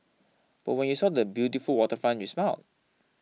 but when you saw the beautiful waterfront you smiled